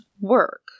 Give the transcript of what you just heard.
work